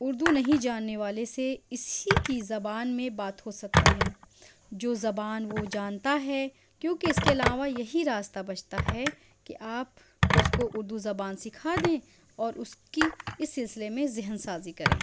اُردو نہیں جاننے والے سے اِسی کی زبان میں بات ہوسکتی ہے جو زبان وہ جانتا ہے کیوں کہ اِس کے علاوہ یہی راستہ بچتا ہے کہ آپ اُس کو اُردو زبان سکھا دیں اور اُس کی اِس سلسلے میں ذہن سازی کریں